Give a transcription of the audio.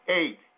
Eight